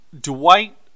Dwight